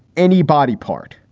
any body part.